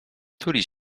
tuli